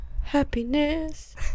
happiness